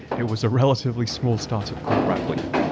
it was a relatively small startup called rapleaf.